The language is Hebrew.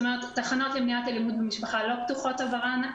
תחנות למניעת אלימות במשפחה לא פתוחות עבורן,